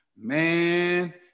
man